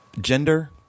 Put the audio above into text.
gender